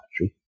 country